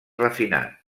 refinat